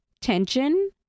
tension